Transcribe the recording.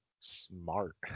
Smart